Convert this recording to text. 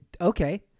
Okay